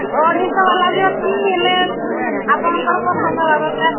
ଅଢ଼େଇ ଶହ ବାଲା ବି ଅଛି ହେଲେ ଆପଣଙ୍କର ପସନ୍ଦ ହେବା ଦରକାର